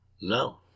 No